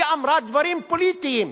היא אמרה דברים פוליטיים,